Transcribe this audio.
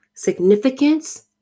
significance